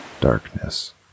darkness